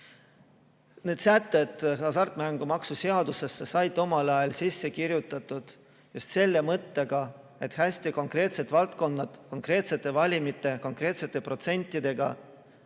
Need sätted hasartmängumaksu seadusesse said omal ajal sisse kirjutatud just selle mõttega, et hästi konkreetsed valdkonnad, [lähtudes] konkreetsetest valemitest, konkreetsetest protsentidest,